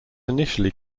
initially